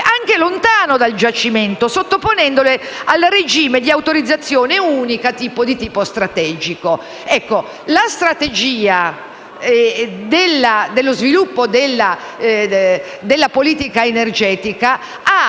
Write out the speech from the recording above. anche lontano dal giacimento, sottoponendole al regime di autorizzazione unica per opere di tipo strategico. Ma la strategia dello sviluppo della politica energetica ha